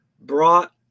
brought